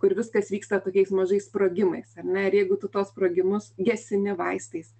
kur viskas vyksta tokiais mažais sprogimais ar ne ir jeigu tu tuos sprogimus gesini vaistais